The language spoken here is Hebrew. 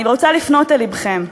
אני רוצה לפנות אל לבכם.